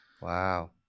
Wow